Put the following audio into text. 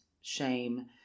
shame